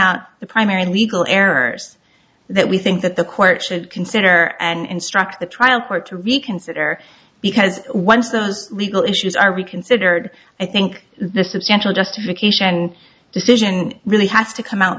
out the primary legal errors that we think that the court should consider and instruct the trial court to reconsider because once those legal issues are reconsidered i think the substantial justification decision really has to come out